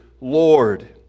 Lord